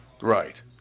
Right